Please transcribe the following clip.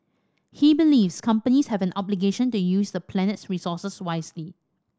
he believes companies have an obligation to use the planet's resources wisely